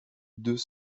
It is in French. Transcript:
deux